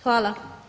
Hvala.